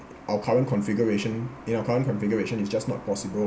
our current configuration in our current configuration it's just not possible